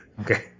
Okay